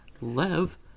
Lev